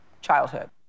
childhood